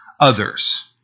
others